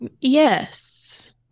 yes